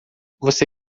você